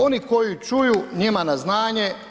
Oni koji čuju njima na znanje.